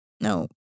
No